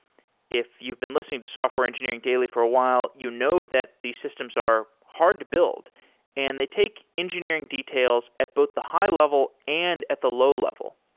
if you've been listening to software engineering daily for a while, you know that these systems are hard to build and they take engineering details at both the high-level and at the low-level.